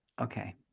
Okay